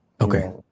okay